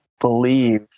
believe